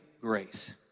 grace